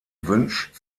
wünscht